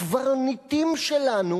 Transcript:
הקברניטים שלנו